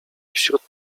wśród